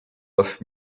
off